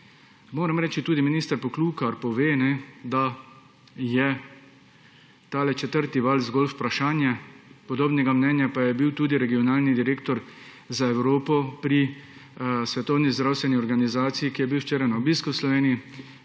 Moram reči, tudi minister Poklukar pove, da je tale četrti val zgolj vprašanje, podobnega mnenja pa je bil tudi regionalni direktor za Evropo pri Svetovni zdravstveni organizaciji, ki je bil včeraj na obisku v Sloveniji.